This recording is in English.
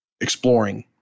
exploring